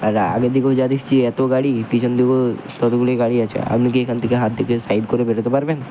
আর আগে দিকেও যা দেখছি এত গাড়ি পিছন দিকেও ততগুলি গাড়ি আছে আপনি কি এখান থেকে হাত দেখিয়ে সাইড করে বেরোতে পারবেন